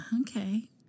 Okay